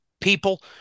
people